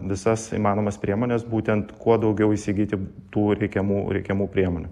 visas įmanomas priemones būtent kuo daugiau įsigyti tų reikiamų reikiamų priemonių